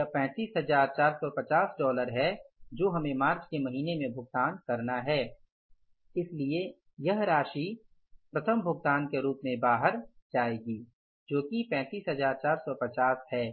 यह 35450 है जो हमें मार्च के महीने में भुगतान करना है इसलिए यह राशि प्रथम भुगतान के रूप में बाहर आ जाएगी जो की 35450 है